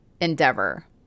endeavor